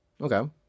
okay